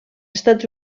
estats